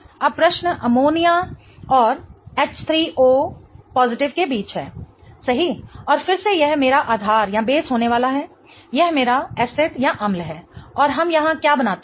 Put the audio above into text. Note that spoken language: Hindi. अब प्रश्न अमोनिया और H3O के बीच है सही और फिर से यह मेरा आधार होने वाला है यह मेरा एसिडअम्ल है और हम यहाँ क्या बनाते हैं